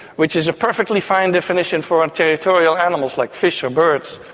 which is a perfectly fine definition for um territorial animals like fish or birds,